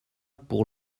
pour